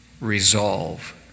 resolve